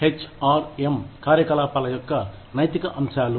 HRM కార్యకలాపాల యొక్క నైతిక అంశాలు